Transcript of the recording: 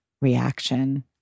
reaction